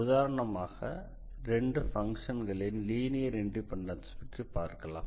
உதரணமாக 2 பங்க்ஷன்களின் linear independence பற்றி பார்க்கலாம்